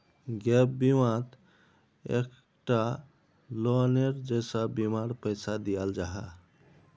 gap बिमात एक टा लोअनेर जैसा बीमार पैसा दियाल जाहा